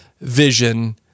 Vision